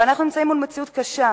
אבל אנחנו נמצאים מול מציאות קשה.